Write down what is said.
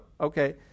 okay